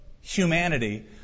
humanity